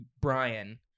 Brian